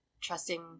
trusting